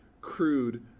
crude